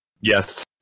Yes